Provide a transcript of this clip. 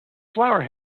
flower